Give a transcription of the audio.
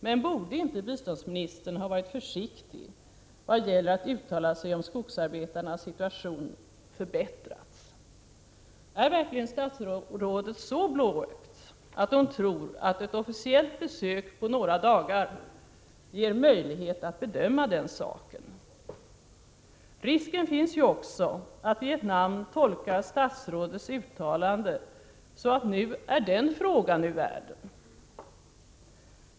Men borde inte biståndsministern ha varit försiktig i vad gäller att uttala sig om att skogsarbetarnas situation förbättrats? Är verkligen statsrådet så blåögd att hon tror att ett officiellt besök på några dagar ger möjlighet att bedöma den saken? Risken finns ju också att Vietnam tolkar statsrådets uttalande så att nu är den frågan ur världen.